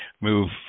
move